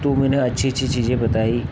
तो मैंने अच्छी अच्छी चीजें बताई